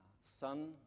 son